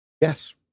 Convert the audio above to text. yes